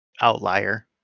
outlier